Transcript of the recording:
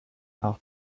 are